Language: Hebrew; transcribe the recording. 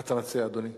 מה אתה מציע, אדוני?